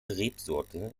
rebsorte